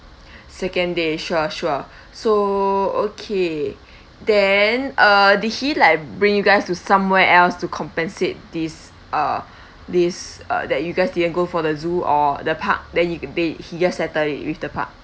second day sure sure so okay then uh did he like bring you guys to somewhere else to compensate this uh this uh that you guys didn't go for the zoo or the park then he then he just settle it with the park